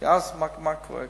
כי אז מה קורה?